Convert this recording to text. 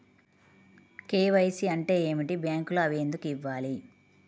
KYC అంటే ఏమిటి? బ్యాంకులో అవి ఎందుకు ఇవ్వాలి?